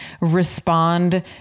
respond